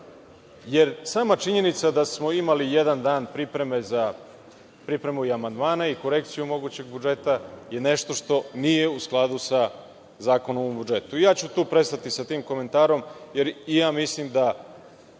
jer sama činjenica da smo imali jedan dan za pripremu amandmana i korekciju mogućeg budžeta je nešto što nije u skladu sa zakonom o budžetu. Ja ću tu prestati sa tim komentarom, jer i ja mislim da